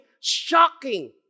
shocking